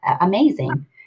Amazing